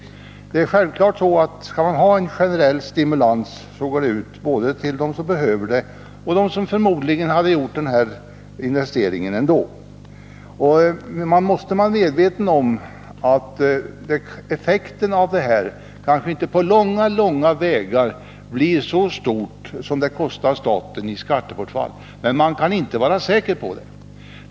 Det är självklart att om man skall ha en generell stimulans, då går den ut både till dem som behöver den och till dem som förmodligen hade gjort investeringen ändå. Man måste vara medveten om att effekten av avdragsmöjligheten kanske inte på långa vägar blir så stor som den kostnad staten får i skattebortfall — men man skall inte vara säker på det.